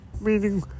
meaning